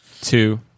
two